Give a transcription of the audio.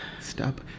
stop